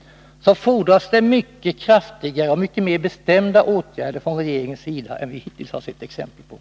— fordras det mycket mer kraftiga och bestämda åtgärder från regeringens sida än vad vi hittills sett exempel på.